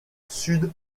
sud